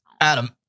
Adam